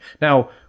Now